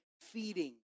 feeding